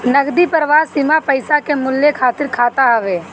नगदी प्रवाह सीमा पईसा के मूल्य खातिर खाता हवे